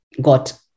got